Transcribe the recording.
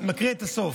הסוף: